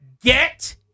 Get